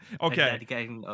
okay